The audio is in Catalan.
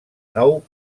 nou